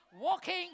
walking